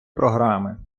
програми